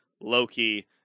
Loki